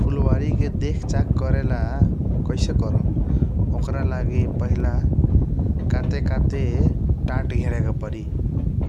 फुलबारी के देख चाक करेला ओकर लागि पहिला काटे काटे टट्ट घेरे के परी